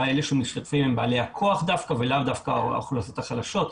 המשתתפים הם בעלי הכוח דווקא ולאו דווקא האוכלוסיות החלשות.